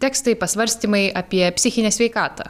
tekstai pasvarstymai apie psichinę sveikatą